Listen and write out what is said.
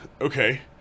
okay